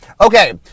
Okay